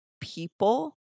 people